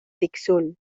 tixul